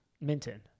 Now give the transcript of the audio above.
Minton